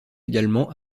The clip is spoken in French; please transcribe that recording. également